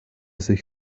sich